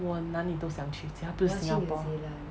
我哪里都想去只要不是 singapore